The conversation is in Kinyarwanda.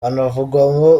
hanavugwamo